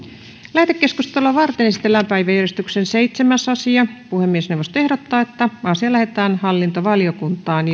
lähetekeskustelua varten esitellään päiväjärjestyksen seitsemäs asia puhemiesneuvosto ehdottaa että asia lähetetään hallintovaliokuntaan